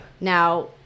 Now